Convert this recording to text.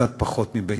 קצת פחות מבינוני.